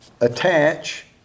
attach